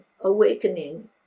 awakening